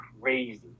crazy